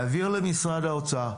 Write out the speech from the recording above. להבהיר למשרד האוצר,